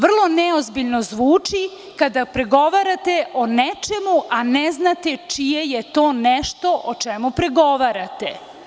Vrlo neozbiljno zvuči kada pregovarate o nečemu, a ne znate čije je to nešto o čemu pregovarate.